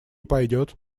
пойдет